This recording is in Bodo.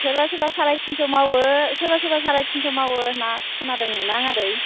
सोरबा सोरबा साराय थिनस' मावो सोरबा सोरबा साराय थिनस' मावो होनना खोनादोंमोन आं आदै